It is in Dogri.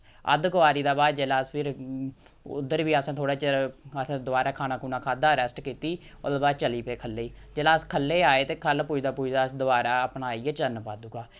अद्धकवारी दे बाद च जिल्लै अस फिर उद्धर बी असें थोह्ड़ा चिर असें दोबारा खाना खुना खाद्धा रैस्ट कीती ओह्दे बाद चली पे ख'ल्लै गी जिल्लै अस ख'ल्लै आए ख'ल्ल पुजदे पुजदे अस दोबारा अपने आई गे चरण पादुका